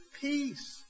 peace